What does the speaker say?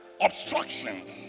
obstructions